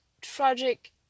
tragic